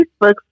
Facebook